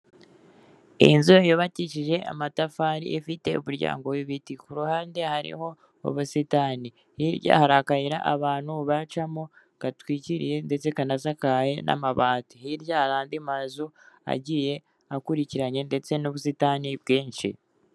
Inzu yubakishije amatafari ifite umuryango w'ibiti, ku ruhande hariho ubusitani, hirya hari akayira abantu bacamo gatwikiriye ndetse kanasakaye n'amabati, hirya hari andi mazu agiye akurikiranye ndetse n'ubusitani bwinshi.